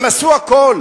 הם עשו הכול